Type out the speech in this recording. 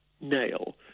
nail